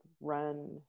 run